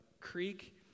creek